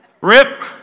Rip